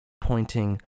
pointing